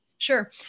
Sure